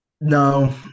No